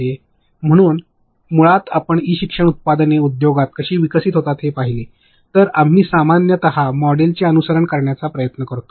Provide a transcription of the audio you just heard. म्हणूनच मुळात आपण ई शिक्षण उत्पादने उद्योगात कशी विकसित होतात हे पाहिले तर आम्ही सामान्यत मॉडेलचे अनुसरण करण्याचा प्रयत्न करतो